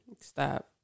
Stop